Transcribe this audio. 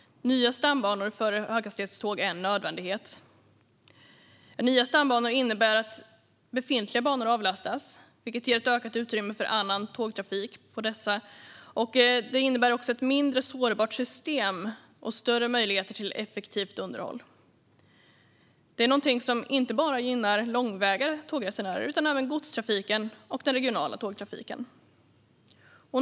Nya stambanor för höghastighetståg är en nödvändighet. Nya stambanor innebär att befintliga banor avlastas, vilket ger ett ökat utrymme för annan tågtrafik på dessa. Det innebär också ett mindre sårbart system och större möjligheter till effektivt underhåll. Det är någonting som inte bara gynnar långväga tågresenärer utan även godstrafiken och den regionala tågtrafiken.